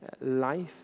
life